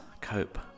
cope